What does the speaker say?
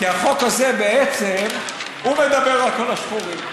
כי החוק הזה בעצם מדבר על כל השחורים.